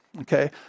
Okay